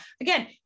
again